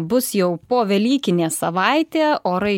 bus jau povelykinė savaitė orai